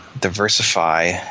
diversify